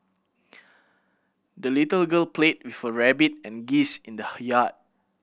the little girl played her rabbit and geese in the yard